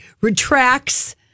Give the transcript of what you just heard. retracts